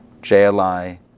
JLI